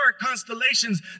constellations